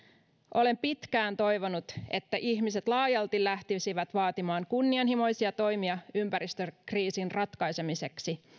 olen pitkään toivonut että ihmiset laajalti lähtisivät vaatimaan kunnianhimoisia toimia ympäristökriisin ratkaisemiseksi